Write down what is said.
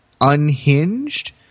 unhinged